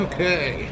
Okay